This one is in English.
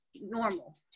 normal